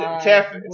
Tiff